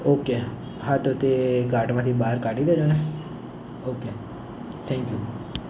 okay હા તો તે કાર્ટમાંથી બહાર કાઢી દેજો ને ઓકે થેન્ક યુ